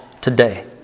today